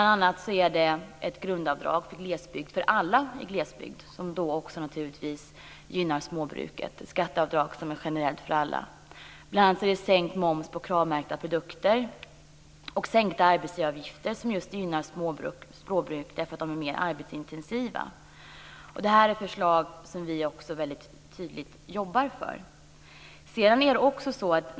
Det är ett grundavdrag för alla i glesbygd, som naturligtvis också gynnar småbruket. Det är ett skatteavdrag som är generellt för alla. Det är sänkt moms på kravmärkta produkter. Det är sänkta arbetsgivaravgifter, som just gynnar småbruken därför att de är mer arbetsintensiva. Det här är förslag som vi tydligt jobbar för.